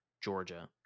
Georgia